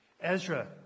Ezra